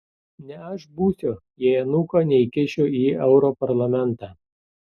ne aš būsiu jei anūko neįkišiu į europarlamentą